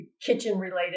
kitchen-related